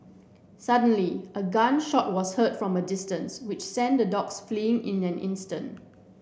suddenly a gun shot was heard from a distance which sent the dogs fleeing in an instant